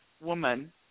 woman